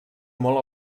molt